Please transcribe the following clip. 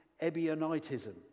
Ebionitism